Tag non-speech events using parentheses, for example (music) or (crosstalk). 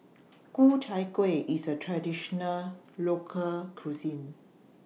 (noise) Ku Chai Kueh IS A Traditional Local Cuisine